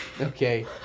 Okay